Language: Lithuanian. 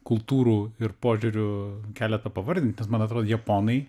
kultūrų ir požiūrių keletą pavardint nes man atrodo japonai